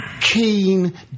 keen